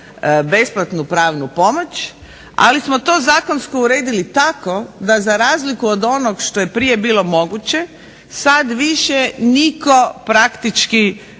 besplatnu pravnu pomoć, ali smo to zakonsko uredili tako da za razliku od onoga što je prije bilo moguće, sada više nitko praktički